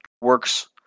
works